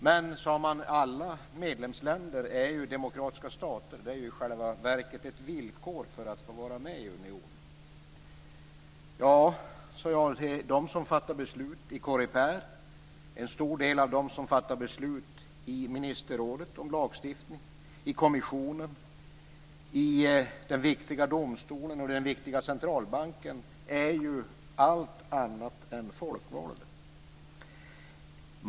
Då sade man att alla medlemsländer ju är demokratiska stater - det är i själva verket ett villkor för att få vara med i unionen. Ja, sade jag, men de som fattar beslut i Coreper, en stor del av dem som fattar beslut i ministerrådet om lagstiftning, i kommissionen, i den viktiga domstolen och i den viktiga centralbanken är ju allt annat än folkvalda.